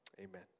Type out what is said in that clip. Amen